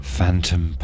Phantom